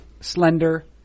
slender